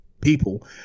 people